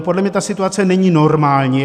Podle mě ta situace není normální.